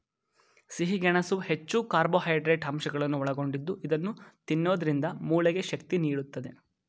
ಸಿಹಿ ಗೆಣಸು ಹೆಚ್ಚು ಕಾರ್ಬೋಹೈಡ್ರೇಟ್ಸ್ ಅಂಶಗಳನ್ನು ಒಳಗೊಂಡಿದ್ದು ಇದನ್ನು ತಿನ್ನೋದ್ರಿಂದ ಮೂಳೆಗೆ ಶಕ್ತಿ ನೀಡುತ್ತದೆ